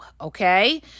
okay